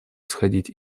исходить